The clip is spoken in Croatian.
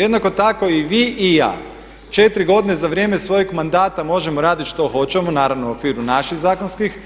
Jednako tako i vi i ja 4 godine za vrijeme svojeg mandata možemo raditi što hoćemo, naravno u okviru naših zakonskih